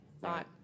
Right